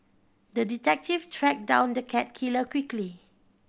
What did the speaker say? the detective tracked down the cat killer quickly